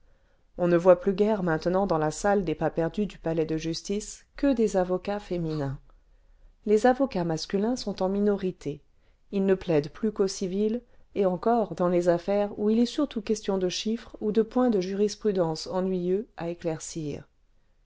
on ne voit pins guère maintenant dans la salle des pas perdus du palais de justice que des avocats féminins les avocats masculins sont en minorité ils ne plaident plus qu'au civil et encore dans les affaires w malicorne où il est surtout question de chifrres ou de points de jurisprudence ennuyeux à éclaircir